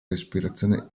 respirazione